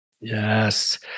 Yes